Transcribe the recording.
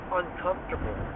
uncomfortable